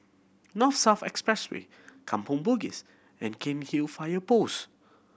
North South Expressway Kampong Bugis and Cairnhill Fire Post